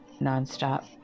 nonstop